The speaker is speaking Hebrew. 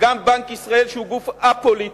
וגם בנק ישראל, שהוא גוף א-פוליטי,